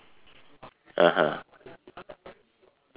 (uh huh)